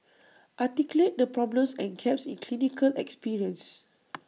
articulate the problems and gaps in clinical experience